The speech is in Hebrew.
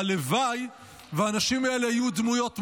והלוואי שהאנשים האלה יהיו דמויות מופת,